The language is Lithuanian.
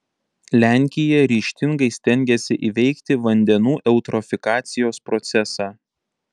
lenkija ryžtingai stengiasi įveikti vandenų eutrofikacijos procesą